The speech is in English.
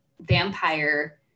vampire